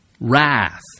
wrath